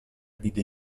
vide